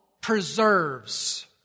preserves